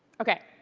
okay.